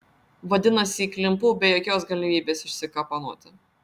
vadinasi įklimpau be jokios galimybės išsikapanoti